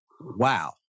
wow